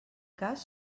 cas